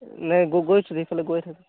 নাই গৈছোঁ সেইফালে গৈ থাকো